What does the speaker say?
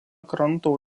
kranto